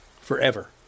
forever